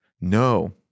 No